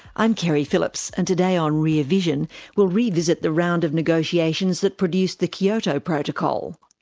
i'm keri phillips and today on rear vision we'll revisit the round of negotiations that produced the kyoto protocol.